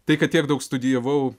tai kad tiek daug studijavau